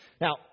Now